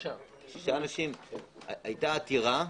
היתה עתירה,